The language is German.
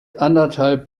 anderthalb